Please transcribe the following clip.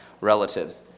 relatives